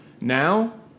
Now